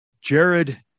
Jared